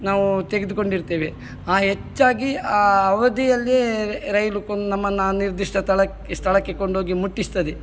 ನಾವು ತೆಗೆದುಕೊಂಡಿರ್ತೇವೆ ಆ ಹೆಚ್ಚಾಗಿ ಆ ಅವಧಿಯಲ್ಲೇ ರೈಲು ಕು ನಮ್ಮನ್ನು ನಿರ್ದಿಷ್ಟ ಸ್ಥಳಕ್ಕೆ ಕೊಂಡೋಗಿ ಮುಟ್ಟಿಸ್ತದೆ